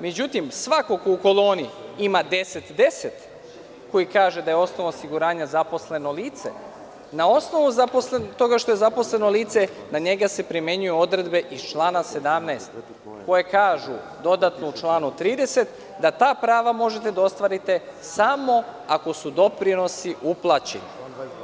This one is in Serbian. Međutim, svako ko u koloni ima 10 – 10 koji kaže – da je osnov osiguranja zaposleno lice, na osnovu toga što je zaposleno lice na njega se primenjuju odredbe iz člana 17. koje kažu – dodatno u članu 30. da ta prava možete da ostvarite samo ako su doprinosi uplaćeni,